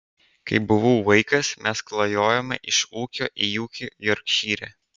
kai buvau vaikas mes klajojome iš ūkio į ūkį jorkšyre